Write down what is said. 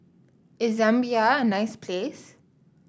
is Zambia a nice place